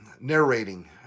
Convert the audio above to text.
narrating